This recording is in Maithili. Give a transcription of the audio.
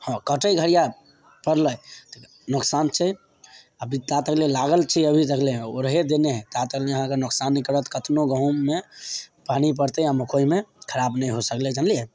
काटय घरिया पड़लै नुकसान छै अभी ता तक लए लागल छी अभी तक लए ओ रहय देने ता तकमे अहाँके नोकसान नहि करत कतनो गहूॅंममे पानि पड़तै आ मकइमे खराब नहि हो सकलै जनलियै